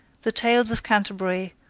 the tales of canter bury,